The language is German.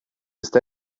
ist